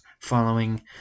following